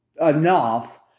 enough